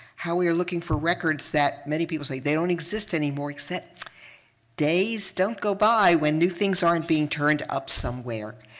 how we are looking for records that many people say they don't exist anymore except days don't go buy when new things aren't being turned up somewhere.